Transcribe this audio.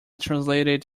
translated